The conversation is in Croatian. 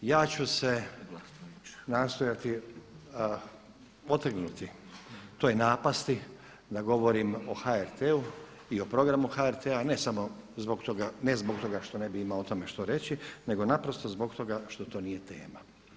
Ja ću se nastojati otrgnuti toj napasti da govorim o HRT-u i o programu HRT-a, ne samo zbog toga što ne bi imao o tome što reći, nego naprosto zbog toga što to nije tema.